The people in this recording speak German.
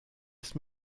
ist